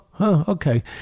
okay